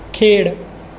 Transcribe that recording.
खेड